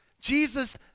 Jesus